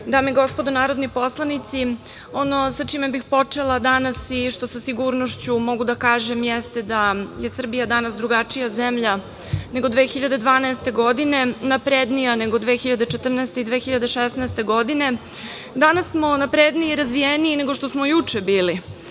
i gospodo narodni poslanici, ono sa čime bih počela danas i što sa sigurnošću mogu da kažem jeste da je Srbija danas drugačija zemlja nego 2012. godine, naprednija nego 2014. i 2016. godine. Danas smo napredniji i razvijeniji nego što smo juče bili,